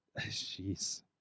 Jeez